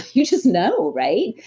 you just know, right?